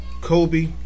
Kobe